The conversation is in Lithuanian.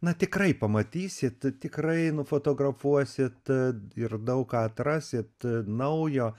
na tikrai pamatysit tikrai nufotografuosit ir daug ką atrasit naujo